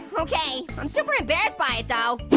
okay, i'm super embarrassed by it though,